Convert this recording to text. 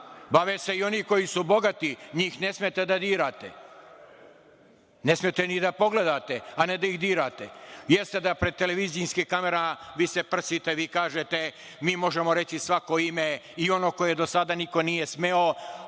Bave se i oni koji su bogati. Njih ne smete da dirate, ne smete ni da pogledate, a ne da ih dirate. Jeste da pred televizijskim kamerama vi se prsite, vi kažete – mi možemo reći svako ime i ono koje do sada niko nije smeo,